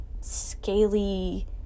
scaly